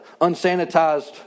unsanitized